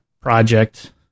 project